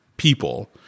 people